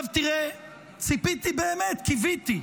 ציפיתי, באמת קיוויתי,